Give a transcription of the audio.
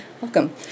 Welcome